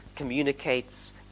communicates